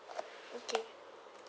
okay